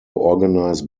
organise